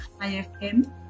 IFM